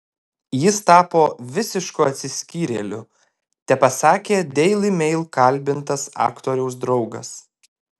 jis tapo visišku atsiskyrėliu tepasakė daily mail kalbintas aktoriaus draugas